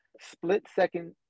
split-second